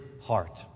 heart